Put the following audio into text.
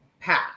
path